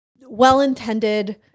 well-intended